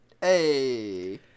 Hey